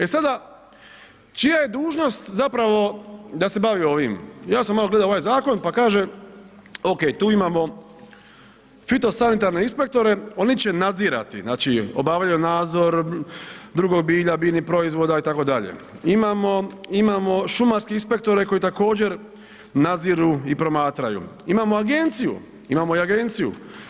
E sada čija je dužnost zapravo da se bavi ovim, ja sam malo gledao ovaj zakon, pa kaže ok tu imamo fitosanitarne inspektore oni će nadzirati, znači obavljaju nadzor drugog bilja, biljnih proizvoda itd., imamo šumarske inspektore koji također nadziru i promatraju, imamo agenciju, imamo i agenciju.